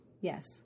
Yes